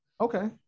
Okay